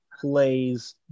plays